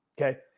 okay